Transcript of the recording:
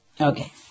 Okay